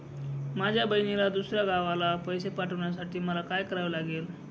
माझ्या बहिणीला दुसऱ्या गावाला पैसे पाठवण्यासाठी मला काय करावे लागेल?